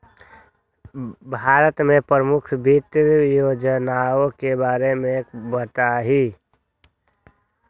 भारत के प्रमुख वित्त योजनावन के बारे में बताहीं